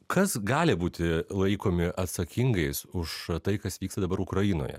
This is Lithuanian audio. kas gali būti laikomi atsakingais už tai kas vyksta dabar ukrainoje